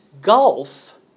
gulf